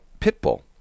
pitbull